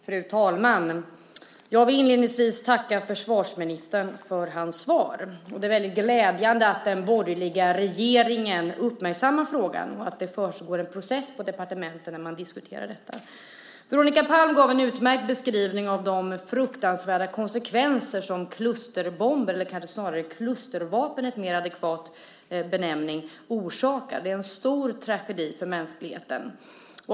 Fru talman! Jag vill inledningsvis tacka försvarsministern för hans svar. Det är väldigt glädjande att den borgerliga regeringen uppmärksammar frågan och att det försiggår en process på departementen där man diskuterar detta. Veronica Palm gav en utmärkt beskrivning av de fruktansvärda konsekvenser som klusterbomber - kanske är klustervapen en mer adekvat benämning - orsakar. Det är en stor tragedi för mänskligheten.